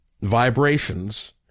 vibrations